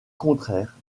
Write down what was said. contraire